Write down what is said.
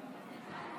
כנסת נכבדה,